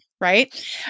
Right